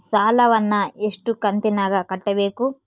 ಸಾಲವನ್ನ ಎಷ್ಟು ಕಂತಿನಾಗ ಕಟ್ಟಬೇಕು?